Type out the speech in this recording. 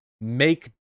make